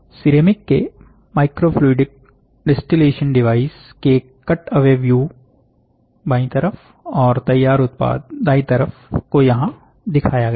ceramic के microfluidic distillation device के cutaway view बायीं तरफ और तैयार उत्पाद दायीं तरफ को यहां दिखाया गया है